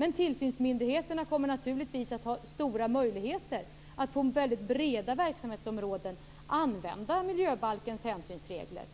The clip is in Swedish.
Men tillsynsmyndigheterna kommer naturligtvis att ha stora möjligheter att använda miljöbalkens hänsynsregler på väldigt breda verksamhetsområden.